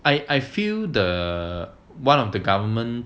I I feel the one of the government